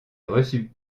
reçu